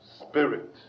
spirit